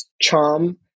charm